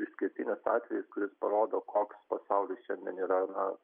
išskirtinis atvejis kuris parodo koks pasaulis šiandien yra na